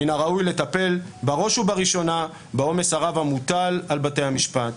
מן הראוי לטפל בראש ובראשונה בעומס הרב המוטל על בתי המשפט.